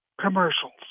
commercials